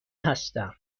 هستم